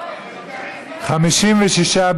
את הצעת חוק למניעת הסתננות (עבירות ושיפוט) (הוראת שעה) (תיקון מס' 4)